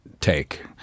take